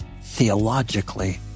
theologically